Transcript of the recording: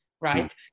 right